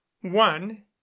One